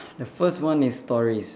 the first one is stories